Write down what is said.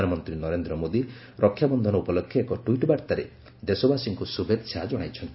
ପ୍ରଧାନମନ୍ତ୍ରୀ ନରେନ୍ଦ୍ର ମୋଦୀ ରକ୍ଷାବନ୍ଧନ ଉପଲକ୍ଷେ ଏକ ଟ୍ୱିଟ୍ ବାର୍ତ୍ତାରେ ଦେଶବାସୀଙ୍କୁ ଶୁଭେଚ୍ଛା ଜଣାଇଚ୍ଛନ୍ତି